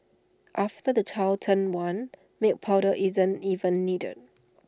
after the child turns one milk powder isn't even needed